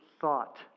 thought